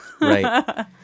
Right